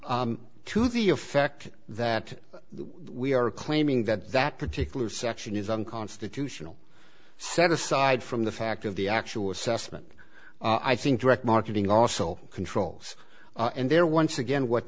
to the effect that we are claiming that that particular section is unconstitutional set aside from the fact of the actual assessment i think direct marketing also controls and there once again what